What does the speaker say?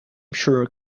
sure